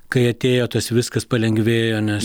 kai atėjo tas viskas palengvėjo nes